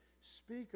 speak